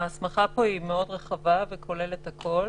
ההסמכה פה היא מאוד רחבה וכוללת הכול,